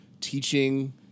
teaching